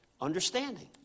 understanding